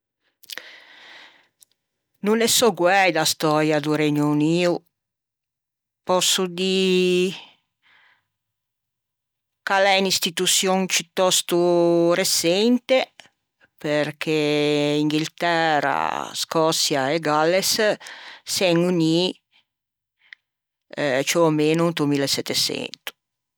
No ne sò guæi da stöia do Regno Unio, posso dî ch'a l'é unn'instituçion ciutòsto reçente perché Inghiltæra Scòçia e Galles s'en unii ciù o meno into millesetteçento.